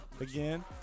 again